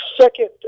second